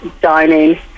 dining